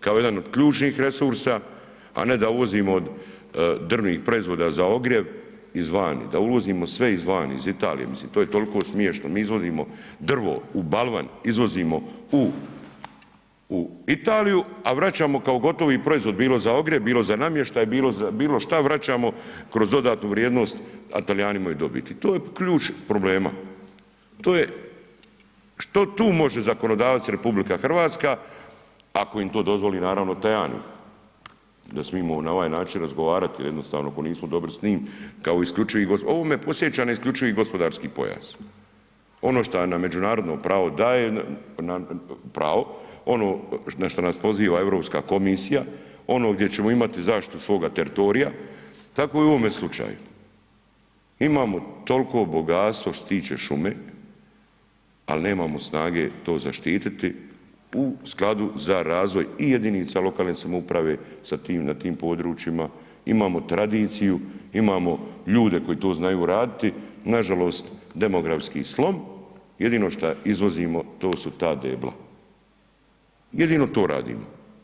kao jedan od ključnih resursa, a ne da uvozimo od drvnih proizvoda za ogrjev iz vani, da uvozimo sve iz vani, iz Italije mislim to je tolko smješno, mi izvozimo drvo u balvan, izvozimo u, u Italiju, a vraćamo kao gotovi proizvod, bilo za ogrjev, bilo za namještaj, bilo šta vraćamo kroz dodatnu vrijednost, a Talijani imaju dobiti, to je ključ problema, to je, što tu može zakonodavac RH ako im to dozvoli naravno Tajani da smimo na ovaj način razgovarati jel jednostavno ako nismo dobri s njim kao isključivi, ovo me podsjeća na IGP, ono što nam međunarodno pravo daje, pravo, ono na šta nas poziva Europska komisija, ono gdje ćemo imati zaštitu svoga teritorija, tako i u ovome slučaju, imamo tolko bogatstvo što se tiče šume, al nemamo snage to zaštititi u skladu za razvoj i jedinica lokalne samouprave sa tim, na tim područjima, imamo tradiciju, imamo ljude koji to znaju raditi, nažalost demografski slom, jedino šta izvozimo to su ta debla, jedino to radimo.